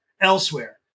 elsewhere